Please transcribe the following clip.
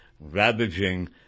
ravaging